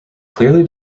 clearly